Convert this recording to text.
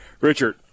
Richard